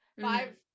Five